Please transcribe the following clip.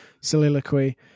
soliloquy